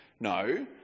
No